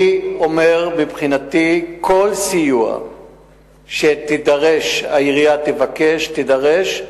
אני אומר, מבחינתי, כל סיוע שהעירייה תבקש ותידרש,